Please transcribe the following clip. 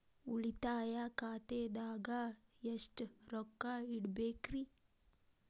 ಉಳಿತಾಯ ಖಾತೆದಾಗ ಎಷ್ಟ ರೊಕ್ಕ ಇಡಬೇಕ್ರಿ?